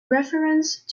reference